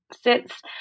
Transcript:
sits